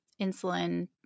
insulin